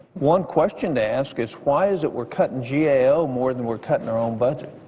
one question to ask is why is it we're cutting g a o. more than we're cutting our own budget?